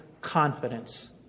confidence